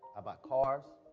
ah bought cars.